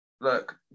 look